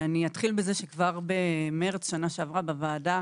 אני אתחיל בזה שכבר במרץ שנה שעברה בוועדה